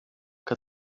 que